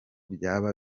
byaba